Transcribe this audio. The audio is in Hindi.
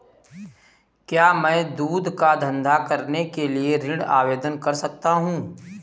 क्या मैं दूध का धंधा करने के लिए ऋण आवेदन कर सकता हूँ?